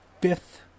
fifth